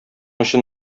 өчен